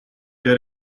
der